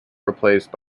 replaced